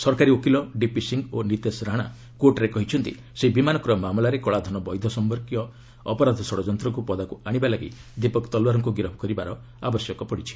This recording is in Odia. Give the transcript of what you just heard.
ସରକାରୀ ଓକିଲ ଡିପି ସିଂହ ଓ ନିତେଶ ରାଣା କୋର୍ଟରେ କହିଛନ୍ତି ସେହି ବିମାନକ୍ରୟ ମାମଲାରେ କଳାଧନ ବୈଧ ସମ୍ପର୍କୀତ ଅପରାଧ ଷଡ଼ଯନ୍ତ୍ରକୁ ପଦାକୁ ଆଶିବା ଲାଗି ଦଦୀପକ ତଲୱାରଙ୍କୁ ଗିରଫ କରିବା ଆବଶ୍ୟକ ହୋଇଛି